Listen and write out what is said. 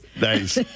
Nice